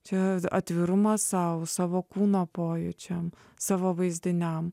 čia atvirumas sau savo kūno pojūčiams savo vaizdiniam